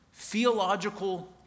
theological